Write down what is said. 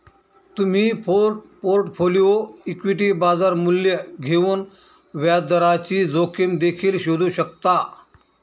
तुम्ही पोर्टफोलिओ इक्विटीचे बाजार मूल्य घेऊन व्याजदराची जोखीम देखील शोधू शकता